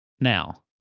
Now